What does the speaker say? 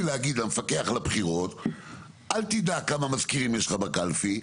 להגיד למפקח על הבחירות אל תדע כמה מזכירים יש לך בקלפי,